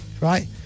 Right